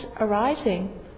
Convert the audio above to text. arising